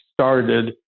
started